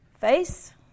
face